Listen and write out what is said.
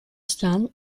staan